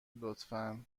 لطفا